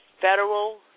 federal